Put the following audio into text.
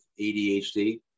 adhd